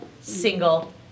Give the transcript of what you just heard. single